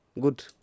Good